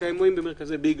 שקיימים במרכזי ביג,